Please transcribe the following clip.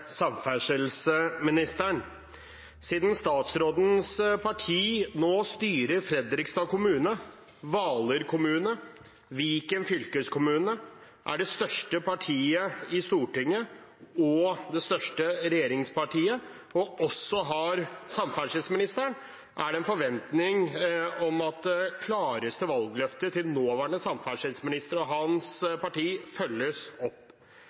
samferdselsministeren: «Siden statsrådens parti nå styrer Fredrikstad kommune, Hvaler kommune og Viken fylkeskommune, og er det største partiet i Stortinget og i regjeringen og også har samferdselsministeren, er det en forventning om at det klareste valgløftet til nåværende samferdselsminister og hans parti følges opp.